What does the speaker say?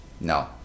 No